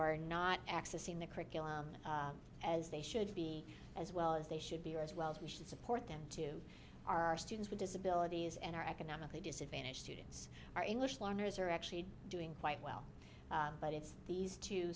are not accessing the curriculum as they should be as well as they should be as well as we should support them to our students with disabilities and are economically disadvantaged students are english learners are actually doing quite well but it's these two